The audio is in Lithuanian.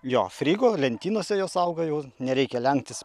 jo frygų lentynose jos auga jau nereikia lenktis